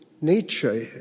nature